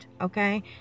okay